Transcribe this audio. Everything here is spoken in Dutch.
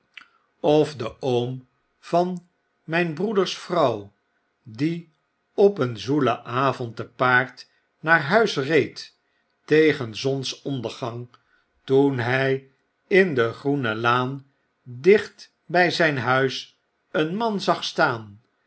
of de oom tan myn broeders vrouw die op een zoelen avond te paard naar huis reed tegen zonsondergang toen hjj in de groene laan dicht bg zyn huis een man zag staan